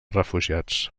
refugiats